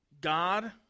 God